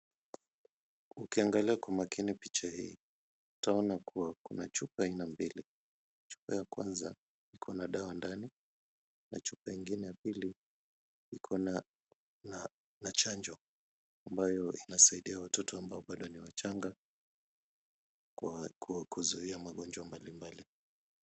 Ukiangalia kwa makini picha hii, utaona kuwa kuna chupa aina mbili. Chupa ya kwanza iko na dawa ndani na chupa ingine ya pili iko na chanjo ambayo husaidia watoto ambao bado ni wachanga kwa kuzuia magonjwa mbalimbali.